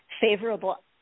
favorable